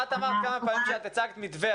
את אמרת כמה פעמים שהצגת מתווה,